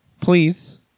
please